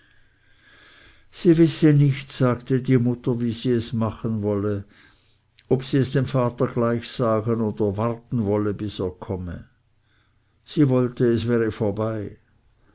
sie wisse nicht sagte die mutter wie sie es machen wolle ob sie es dem vater gleich sagen oder warten wolle bis er komme sie wollte es wäre vorbei